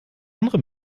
andere